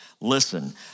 Listen